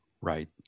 Right